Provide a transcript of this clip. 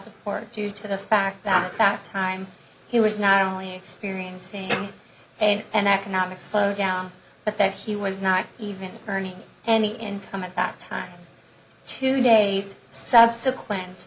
support due to the fact that fact time he was not only experiencing and an economic slowdown but that he was not even earning any income at that time two days subsequent